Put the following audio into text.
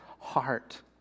heart